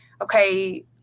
okay